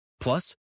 Plus